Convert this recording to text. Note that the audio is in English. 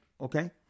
okay